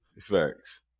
Facts